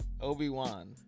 Obi-Wan